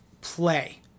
play